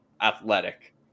athletic